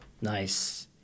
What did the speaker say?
nice